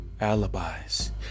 alibis